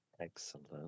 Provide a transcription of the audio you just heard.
Excellent